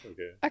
Okay